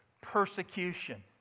persecution